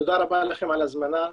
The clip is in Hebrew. תודה רבה לכם על ההזמנה,